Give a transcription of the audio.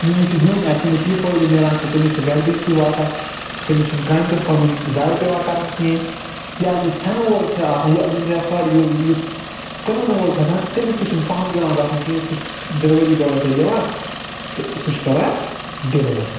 ییٚمِس یہِ ہٮ۪وٚن آسہِ تٔمِس چھُ یہِ فٲٮ۪دٕ ملان کہِ تٔمِس چھُ گرِ بِہتھے واتان تٔمِس چھُ نہ کامہِ دۄہ پنُن زایہِ پٮ۪وان کرُن کہیٖنۍ یُس ہٮ۪نہٕ وول چھُ آسان یا وٕنۍ زن ساری یُس کٕنن وول چھُ آسان تٔمِس تہِ چھُ نہٕ پانہٕ پٮ۪وان گژھُن کہیٖنۍ سُہ چھُ ڈٮ۪لوری باٮ۪س اتھِ دِوان تہِ سُہ چھُ کران ڈٮ۪لور